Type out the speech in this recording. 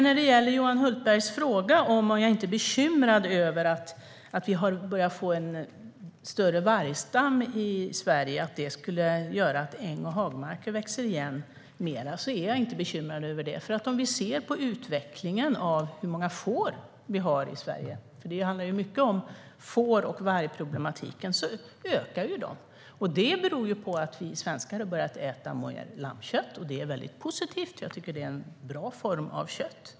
När det gäller Johan Hultbergs fråga om jag inte är bekymrad över att vi har börjat få en större vargstam i Sverige och att det skulle göra att ängs och hagmarker växer igen mer är jag inte bekymrad över det. Om vi ser på utvecklingen av hur många får vi har i Sverige - det handlar mycket om får och vargproblematiken - ökar de. Det beror på att vi svenskar har börjat äta mer lammkött. Det är väldigt positivt. Jag tycker att det är en bra form av kött.